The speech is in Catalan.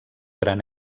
gran